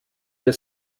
wir